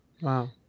Wow